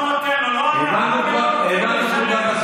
לא נותן לו לא הלוואה ולא נותן לו לשלם,